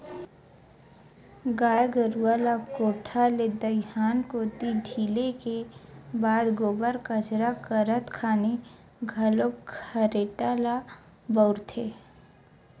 गाय गरुवा ल कोठा ले दईहान कोती ढिले के बाद गोबर कचरा करत खानी घलोक खरेटा ल बउरथे